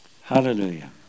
Hallelujah